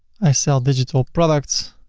i sell digital products